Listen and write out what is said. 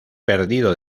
perdido